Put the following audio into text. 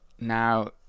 Now